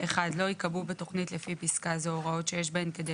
לא ייקבעו בתוכנית לפי פסקה זו הוראות שיש בהן כדי